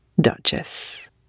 Duchess